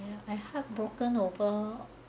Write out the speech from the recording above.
~ya! I heartbroken over